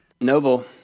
Noble